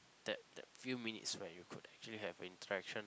that that few minutes where you could actually have interaction